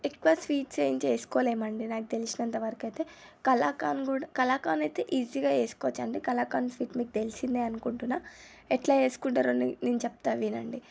ఎక్కువ స్వీట్స్ ఏం చేసుకోలేము అండి నాకు తెలిసినంత వరకు అయితే కలాకండ్ కూడా కలాకండ్ అయితే ఈజీగా చేసుకోవచ్చండి కలాకాండ్ స్వీట్ మీకు తెలిసిందే అనుకుంటున్నా ఎట్లా చేసుకుంటారో అనేది నేను చెప్తా వినండి